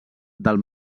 del